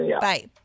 Bye